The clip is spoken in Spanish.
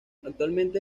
actualmente